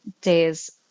days